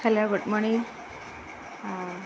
hello good morning